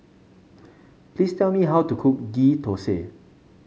please tell me how to cook Ghee Thosai